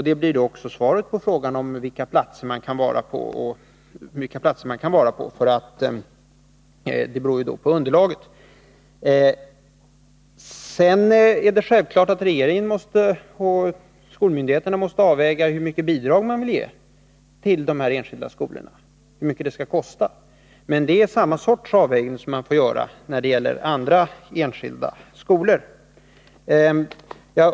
Det bli då också svaret på frågan om vilka platser man kan vara på: det beror ju på underlaget. Sedan är det självklart att regeringen och skolmyndigheterna måste avväga vilka bidrag man vill ge de enskilda skolorna, dvs. hur mycket det får kosta. Men det är samma sorts avvägning som man får göra när det gäller de andra enskilda skolorna.